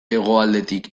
hegoaldetik